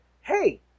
hey